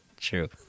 True